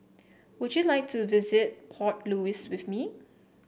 would you like to visit Port Louis with me